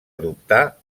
adoptà